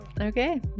Okay